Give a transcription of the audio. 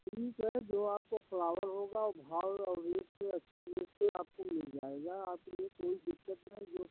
ठीक है जो आपको फ्लावर होगा वह भाव वाव रेट से अच्छे से आपको मिल जाएगा आपके लिए कोई दिक़्क़त नहीं